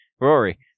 Rory